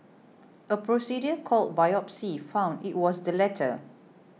a procedure called biopsy found it was the latter